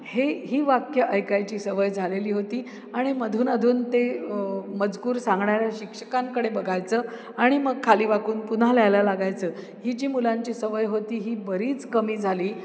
हे ही वाक्यं ऐकायची सवय झालेली होती आणि मधूनअधून ते मजकूर सांगणाऱ्या शिक्षकांकडे बघायचं आणि मग खाली वाकून पुन्हा लिहायला लागायचं ही जी मुलांची सवय होती ही बरीच कमी झाली